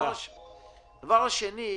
שנית,